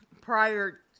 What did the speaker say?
prior